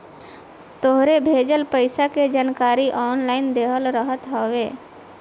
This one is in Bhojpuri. तोहरो भेजल पईसा के जानकारी ऑनलाइन देहल रहत हवे